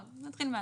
לא, נתחיל מהתחלה.